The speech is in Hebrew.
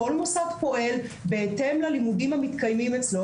כל מוסד פועל בהתאם ללימודים המתקיימים אצלו.